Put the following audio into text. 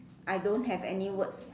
I don't have any words